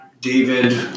David